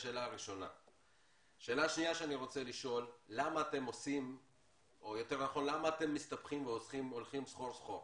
שאלה שנייה שאני רוצה לשאול היא: למה אתם מסתבכים והולכים סחור-סחור?